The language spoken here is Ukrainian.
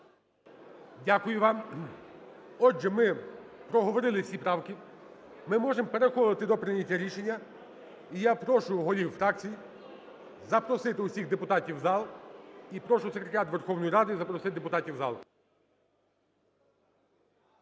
Дякую вам. Отже, ми проговорили всі правки. Ми можемо переходити до прийняття рішення. І я прошу голів фракцій запросити всіх депутатів в зал. І прошу Секретаріат Верховної Ради запросити депутатів в зал.